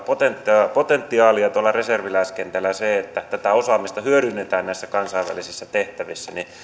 potentiaalia potentiaalia tuolla reserviläiskentällä ja se että tätä osaamista hyödynnetään näissä kansainvälisissä tehtävissä